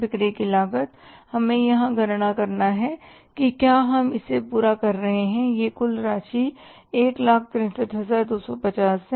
बिक्री की लागत हमें यहां गणना करना है कि क्या हम इसे पूरा कर रहे हैं यह कुल राशि 163250 है